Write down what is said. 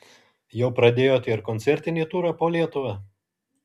jau pradėjote ir koncertinį turą po lietuvą